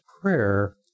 Prayer